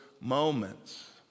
moments